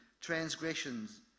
transgressions